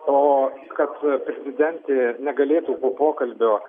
o kad prezidentė negalėtų po pokalbio